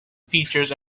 features